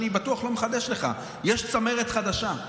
אני בטוח לא מחדש לך: יש צמרת חדשה.